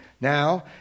Now